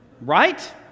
Right